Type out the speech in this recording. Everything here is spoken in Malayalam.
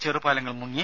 ചെറുപാലങ്ങൾ മുങ്ങി